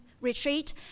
Retreat